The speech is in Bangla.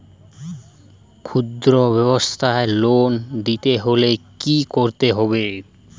খুদ্রব্যাবসায় লোন নিতে হলে কি করতে হবে?